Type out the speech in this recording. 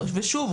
שוב,